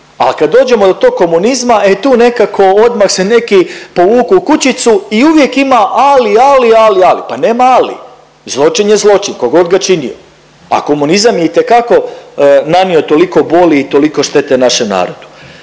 al kad dođemo do tog komunizma e tu nekako odmah se neki povuku u kućicu i uvijek ima ali, ali, ali, ali. Pa nema ali, zločin je zločin kogod ga činio, a komunizam je itekako nanio toliko boli i toliko štete našem narodu.